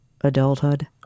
adulthood